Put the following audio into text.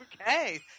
okay